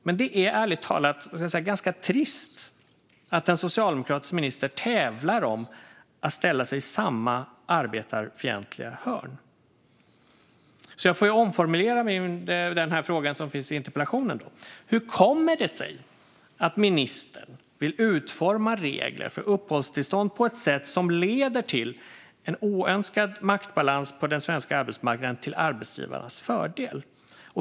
Men det är ärligt talat ganska trist att en socialdemokratisk minister tävlar om att ställa sig i samma arbetarfientliga hörn. Jag får kanske omformulera den fråga som finns i interpellationen: Hur kommer det sig att ministern vill utforma regler för uppehållstillstånd på ett sätt som leder till en oönskad maktbalans på den svenska arbetsmarknaden till arbetsgivarnas fördel?